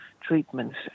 treatments